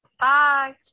bye